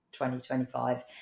2025